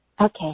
Okay